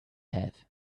have